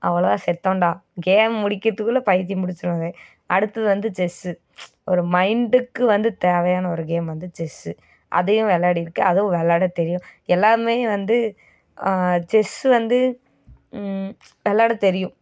அவ்வளோ தான் செத்தோன்டா கேம் முடிக்கிறதுக்குள்ள பைத்தியம் பிடிச்சிருங்க அடுத்தது வந்து செஸ்ஸு ஒரு மைண்ட்டுக்கு வந்து தேவையான ஒரு கேம் வந்து செஸ்ஸு அதையும் விளாடிருக்கேன் அதுவும் விளையாடத் தெரியும் எல்லாமே வந்து செஸ்ஸு வந்து விளையாடத் தெரியும்